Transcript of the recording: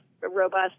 robust